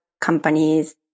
companies